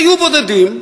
היו בודדים,